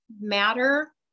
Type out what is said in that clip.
matter